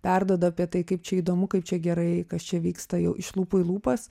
perduoda apie tai kaip čia įdomu kaip čia gerai kas čia vyksta jau iš lūpų į lūpas